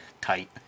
Tight